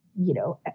you know,